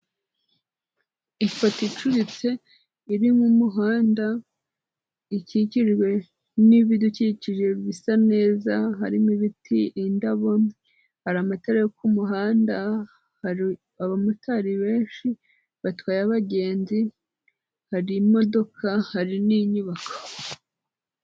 Ifoto icuritse iri mu muhanda, ikikijwe n'ibidukikije bisa neza, harimo ibiti, indabo, hari amatara yo ku muhanda, hari abamotari benshi batwaye abagenzi, hari imodoka, hari n'inyubako.